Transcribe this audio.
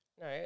No